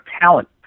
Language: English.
talent